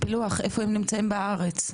פילוח איפה הם נמצאים בארץ?